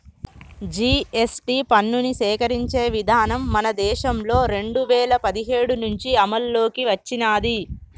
GST పన్నుని సేకరించే విధానం మన దేశంలో రెండు వేల పదిహేడు నుంచి అమల్లోకి వచ్చినాది